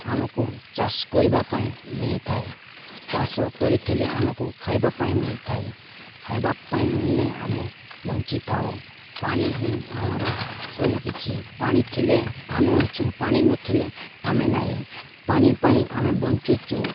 ଆମକୁ ଚାଷ କରିବା ପାଇଁ ମିଳିଥାଏ ଚାଷ କରିଥିଲେ ଆମକୁ ଖାଇବା ପାଇଁ ମିଳିଥାଏ ଖାଇବା ପାଇଁ ମିଳିଲେ ଆମେ ବଞ୍ଚିଥାଉ ପାଣି ହିଁ ଆମର ସବୁକିଛି ପାଣି ଥିଲେ ଆମେ ଅଛୁ ପାଣି ନଥିଲେ ଆମେ ନାଇଁ ପାଣି ପାଇଁ ଆମେ ବଞ୍ଚୁଛୁ